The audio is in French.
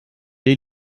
est